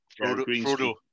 Frodo